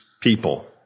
people